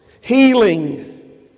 healing